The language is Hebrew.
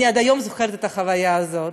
אני עד היום זוכרת את החוויה הזאת.